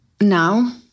now